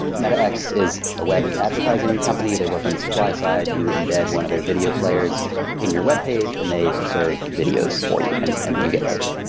metax is a web advertising company. they work on the supply side. you embed one of their video players in your webpage and they serve videos for you and and you get paid.